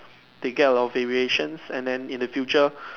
they get a lot of variation and then in the future